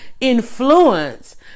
influence